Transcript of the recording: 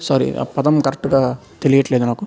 sorry ఆ పదం కరెక్ట్గా తెలియట్లేదు నాకు